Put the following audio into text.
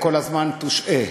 אה,